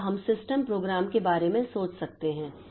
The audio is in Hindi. इस तरह हम सिस्टम प्रोग्राम के बारे में सोच सकते हैं